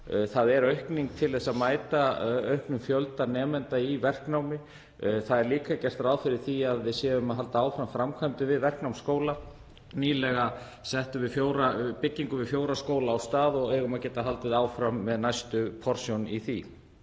Það er aukning til að mæta auknum fjölda nemenda í verknámi. Það er líka gert ráð fyrir því að við séum að halda áfram framkvæmdum við verknámsskóla. Nýlega settum við byggingu við fjóra skóla af stað og eigum að geta haldið áfram með næsta skammt í því.